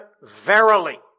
Verily